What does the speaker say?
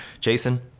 Jason